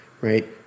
right